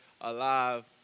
alive